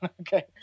okay